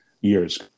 years